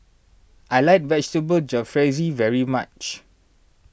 I like Vegetable Jalfrezi very much